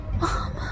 Mom